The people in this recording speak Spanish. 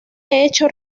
hecho